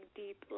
deep